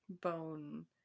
bone